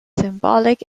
symbolic